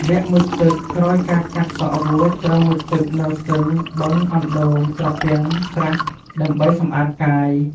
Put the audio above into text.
វគ្គមុជទឹកក្រោយការកាត់សក់រួច ត្រូវមុជទឹកនៅ ស្ទឹង បឹង អណ្តូង ត្រពាំង ស្រះ ដើម្បីសម្អាតកាយ ។